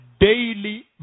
daily